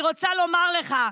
אני רוצה לומר לך,